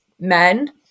men